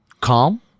calm